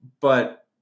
but-